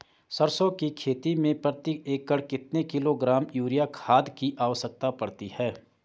सरसों की खेती में प्रति एकड़ कितने किलोग्राम यूरिया खाद की आवश्यकता पड़ती है?